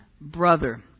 brother